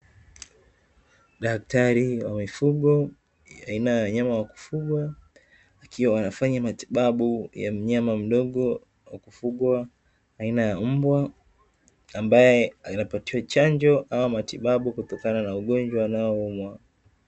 Daktari wa mifugo aina ya wanyama wa kufugwa, wakiwa wanafanya matibabu ya mnyama mdogo wa kufugwa aina ya mbwa, ambaye anapatiwa chanjo au matibabu kutokana na ugonjwa anaoumwa.